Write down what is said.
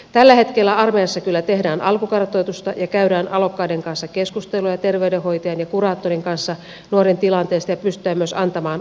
tällä hetkellä armeijassa kyllä tehdään alkukartoitusta ja käydään alokkaiden kanssa keskusteluja terveydenhoitajan ja kuraattorin kanssa nuoren tilanteesta ja pystytään myös antamaan apua tarvittaessa